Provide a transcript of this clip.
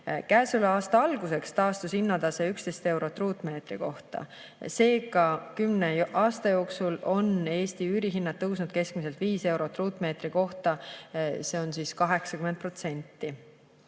Käesoleva aasta alguseks taastus hinnatase 11 eurot ruutmeetri kohta. Seega, kümne aasta jooksul on Eesti üürihinnad tõusnud keskmiselt 5 eurot ruutmeetri kohta, see on 80%.